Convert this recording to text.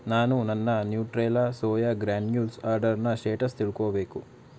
ನಾನು ನನ್ನ Nutrela soya granules ಆರ್ಡರ್ನ ಸ್ಟೇಟಸ್ ತಿಳ್ಕೋಬೇಕು